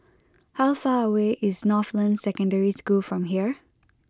how far away is Northland Secondary School from here